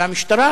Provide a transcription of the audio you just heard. והמשטרה